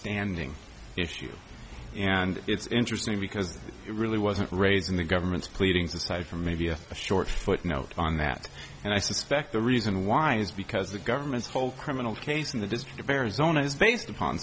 standing issue and it's interesting because it really wasn't raised in the government's pleadings aside from short footnote on that and i suspect the reason why is because the government's whole criminal case in the district of arizona is based upon